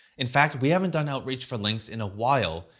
in fact, we haven't done outreach for links in a while,